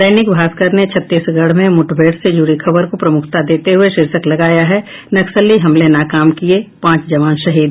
दैनिक भास्कर ने छत्तीसगढ़ में मुठभेड़ से जुड़ी खबर को प्रमुखता देते हुये शीर्षक लगाया है नक्सली हमले नाकाम किये पांच जवान शहीद